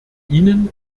ihnen